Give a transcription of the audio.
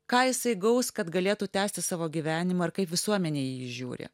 ką jisai gaus kad galėtų tęsti savo gyvenimą ir kaip visuomenė į jį žiūri